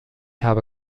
habe